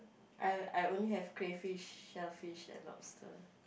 I I only have crayfish shellfish and lobster